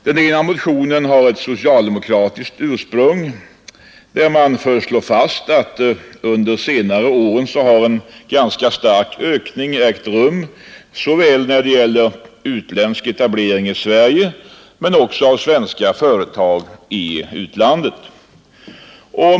Den ena har ett socialdemokratiskt ursprung. I den slår man först fast att en ganska stark ökning har ägt rum under senare år när det gäller såväl utländsk etablering i Sverige som svenska företags etablering i utlandet.